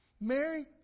Mary